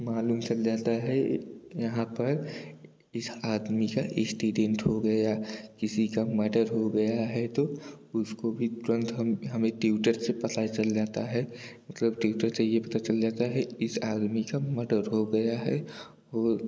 मालूम चल जाता है यहाँ पर इस आदमी का ईस्टीडेंट हो गया किसी का मर्डर हो गया है तो उसको भी तुरंत हम हमें ट्विटर से पता चल जाता है मतलब ट्विटर से यह पता चल जाता है इस आदमी का मर्डर हो गया है और